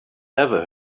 never